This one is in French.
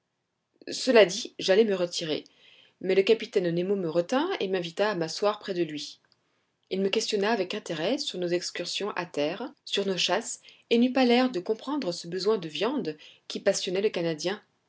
cela dit j'allais me retirer mais le capitaine nemo me retint et m'invita à m'asseoir près de lui il me questionna avec intérêt sur nos excursions à terre sur nos chasses et n'eut pas l'air de comprendre ce besoin de viande qui passionnait le canadien